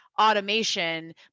automation